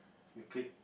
we click